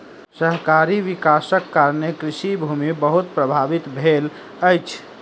शहरी विकासक कारणें कृषि भूमि बहुत प्रभावित भेल अछि